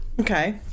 Okay